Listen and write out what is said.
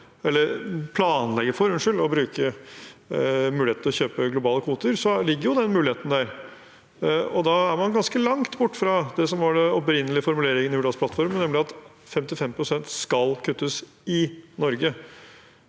ikke planlegger for å bruke muligheten til å kjøpe globale kvoter, ligger den muligheten der. Da er man ganske langt borte fra det som var den opprinnelige formuleringen i Hurdalsplattformen, nemlig at 55 pst. skal kuttes i Norge.